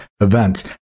events